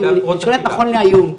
אני שואלת נכון להיום,